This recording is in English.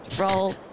roll